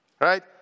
right